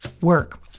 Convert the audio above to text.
work